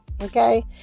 okay